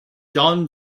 john